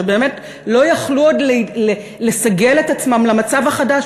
שבאמת לא יכלו עוד לסגל את עצמם למצב החדש,